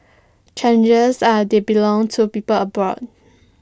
chances are they belong to people abroad